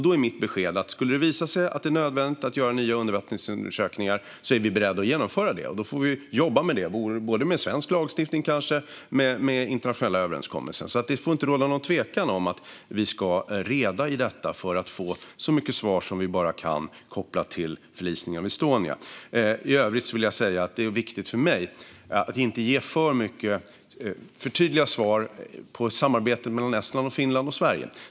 Då är mitt besked: Skulle det visa sig att det är nödvändigt att göra nya undervattensundersökningar är vi beredda att göra det. Då får vi jobba med det, både med svensk lagstiftning och kanske med internationella överenskommelser. Det får inte råda något tvivel om att vi ska undersöka detta för att få så många svar som vi kan, kopplat till förlisningen av Estonia. I övrigt vill jag säga att det är viktigt för mig att inte ge för tydliga svar om samarbetet mellan Estland, Finland och Sverige.